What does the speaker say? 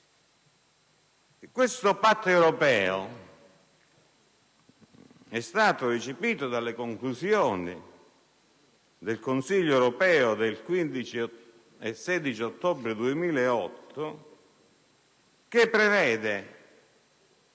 questo Patto europeo è stato recepito dalle conclusioni del Consiglio europeo del 15 e 16 ottobre 2008, che prevede